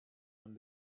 and